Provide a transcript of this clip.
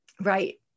Right